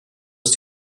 ist